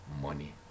money